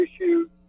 issues